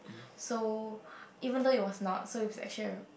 so even though it was not so it was actually a